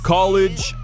College